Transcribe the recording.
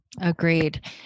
Agreed